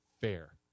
fair